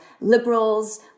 liberals